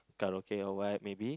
karaoke or what maybe